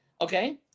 okay